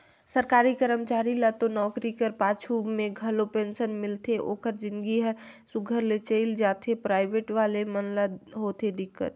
सरकारी करमचारी ल तो नउकरी कर पाछू में घलो पेंसन मिलथे ओकर जिनगी हर सुग्घर ले चइल जाथे पराइबेट वाले मन ल होथे दिक्कत